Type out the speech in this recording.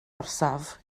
orsaf